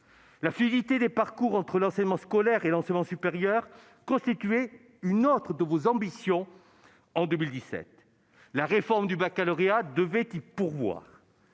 La fluidité des parcours entre l'enseignement scolaire et supérieur constituait une autre de vos ambitions en 2017. La réforme du baccalauréat devait y pourvoir.